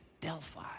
Delphi